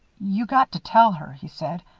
you got to tell her, he said.